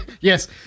Yes